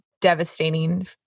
devastating